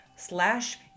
slash